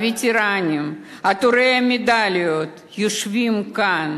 הווטרנים, עטורי המדליות, יושבים כאן